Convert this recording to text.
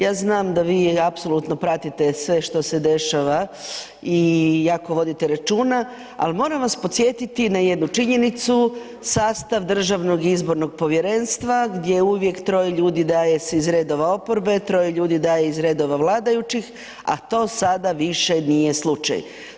Ja znam da vi apsolutno pratite sve što se dešava i jako vodite računa, ali moram vas podsjetiti na jednu činjenicu, sastav Državnog izbornog povjerenstva gdje uvijek troje ljude daje se iz redova oporbe, troje ljudi iz redova vladajućih, a to sada više nije slučaj.